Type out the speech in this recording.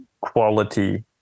quality